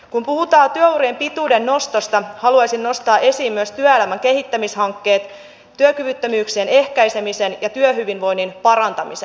kun puhutaan työurien pituuden nostosta haluaisin nostaa esiin myös työelämän kehittämishankkeet työkyvyttömyyksien ehkäisemisen ja työhyvinvoinnin parantamisen